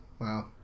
Wow